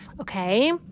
okay